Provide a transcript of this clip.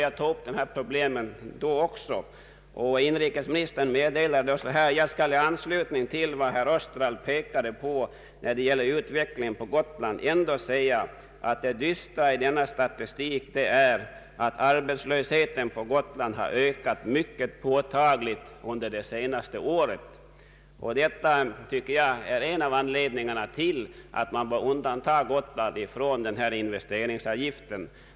Jag tog då upp dessa problem, och inrikesministern förklarade: ”Jag skall i anslutning till vad herr Österdahl pekade på när det gällde utvecklingen på Gotland ändå säga att det dystra i denna statistik är att arbetslösheten på Gotland har ökat mycket påtagligt under det senaste året.” Av den anledningen tycker jag att Gotland bör undantas från investeringsavgift.